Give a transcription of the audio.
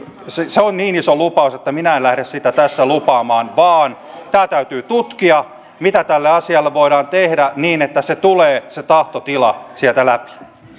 se se on niin iso lupaus että minä en lähde sitä tässä lupaamaan vaan täytyy tutkia mitä tälle asialle voidaan tehdä niin että se tahtotila tulee sieltä läpi